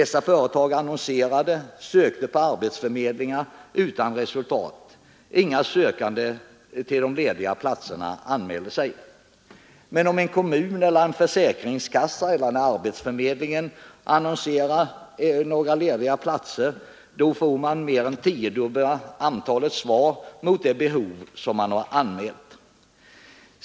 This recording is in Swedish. Företagen annonserade och sökte på arbetsförmedlingar — utan resultat. Inga sökande till de lediga platserna anmälde sig. Men om en kommun eller en försäkringskassa eller en arbetsförmedling annonserade några lediga platser fick man mer än tiodubbla antalet svar mot det behov som anmälts.